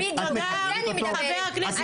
על זה אני מדברת.